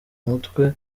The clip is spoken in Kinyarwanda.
mutwe